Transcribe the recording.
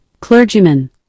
Clergyman